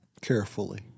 Carefully